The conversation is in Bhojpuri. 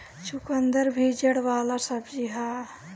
चुकंदर भी जड़ वाला सब्जी हअ